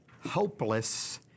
hopeless